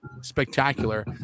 spectacular